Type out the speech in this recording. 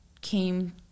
came